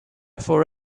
for